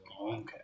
Okay